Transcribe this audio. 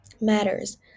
matters